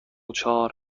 چهار